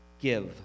Give